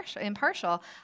impartial